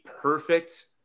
perfect